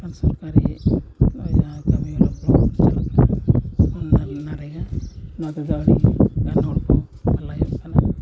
ᱥᱚᱨᱠᱟᱨᱤ ᱱᱚᱜᱼᱚᱸᱭ ᱡᱟᱦᱟᱸ ᱠᱟᱹᱢᱤ ᱦᱚᱨᱟ ᱯᱨᱚᱵᱚᱞ ᱪᱟᱞᱟᱜ ᱠᱟᱱᱟ ᱚᱱᱟ ᱱᱟᱨᱮᱜᱟ ᱚᱱᱟ ᱛᱮᱫᱚ ᱟᱹᱰᱤ ᱜᱟᱱ ᱦᱚᱲ ᱠᱚ ᱵᱷᱟᱹᱞᱟᱹᱭᱚᱜ ᱠᱟᱱᱟ